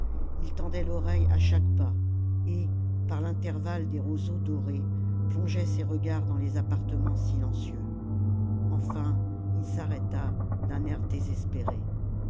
ii tendait l'oreille à chaque pas et par l'intervalle des roseaux dorés plongeait ses regards dans les appartements silencieux enfin il s'arrêta d'un air désespéré